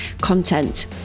content